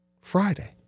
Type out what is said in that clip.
Friday